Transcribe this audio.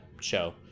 show